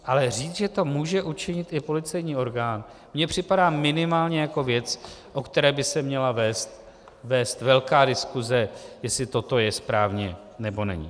Ale říct, že to může učinit i policejní orgán, mi připadá minimálně jako věc, o které by se měla vést velká diskuse, jestli toto je správně, nebo není.